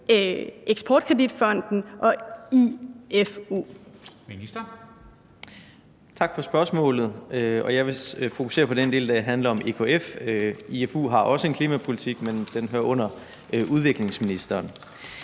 Erhvervsministeren (Simon Kollerup): Tak for spørgsmålet. Jeg vil fokusere på den del, der handler om EKF. IFU har også en klimapolitik, men den hører under udviklingsministeren.